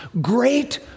Great